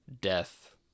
death